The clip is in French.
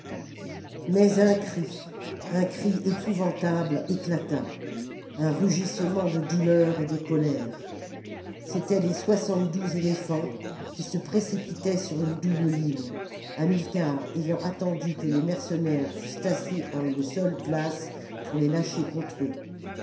mais un cri un cri épouvantable éclata un rugissement de douleur et de colère c'étaient les soixante-douze éléphants qui se précipitaient sur une double ligne hamilcar ayant attendu que les mercenaires fussent tassés en une seule place pour les lâcher contre eux